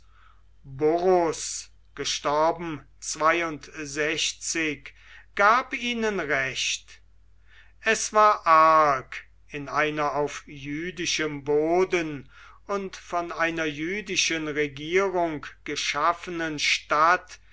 gab ihnen recht es war arg in einer auf jüdischem boden und von einer jüdischen regierung geschaffenen stadt